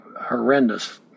horrendous